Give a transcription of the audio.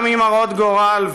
גם אם הרות גורל,